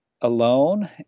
alone